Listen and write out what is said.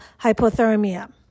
hypothermia